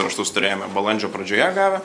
raštus turėjome balandžio pradžioje gavę